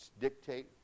dictate